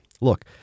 Look